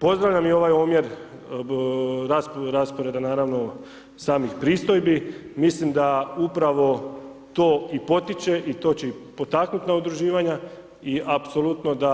Pozdravljam i ovaj omjer rasporeda, naravno, samih pristojbi, mislim da upravo to i potiče, to će i potaknuti na udruživanja i apsolutno da